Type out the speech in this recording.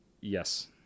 Yes